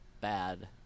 bad